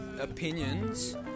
opinions